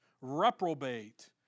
reprobate